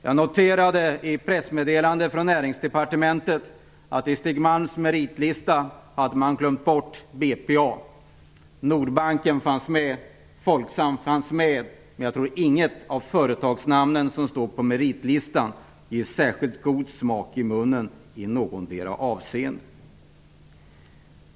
Jag noterade att man i ett pressmeddelande från Näringsdepartementet om Stig Malms meritlista glömt bort BPA. Nordbanken fanns med. Folksam fanns med. Men jag tror inget av företagsnamnen som står på meritlistan ger någon särskilt god smak i munnen i någondera avseendet.